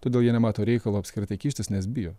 todėl jie nemato reikalo apskritai kištis nes bijo